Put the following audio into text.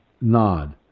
nod